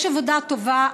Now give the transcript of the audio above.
יש עבודה טובה,